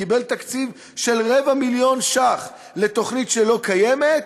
קיבל תקציב של רבע מיליון שקלים לתוכנית שלא קיימת?